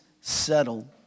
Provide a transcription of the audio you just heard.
settled